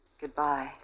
goodbye